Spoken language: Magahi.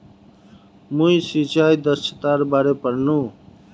मी सिंचाई दक्षतार बारे पढ़नु